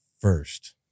first